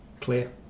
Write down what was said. clear